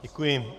Děkuji.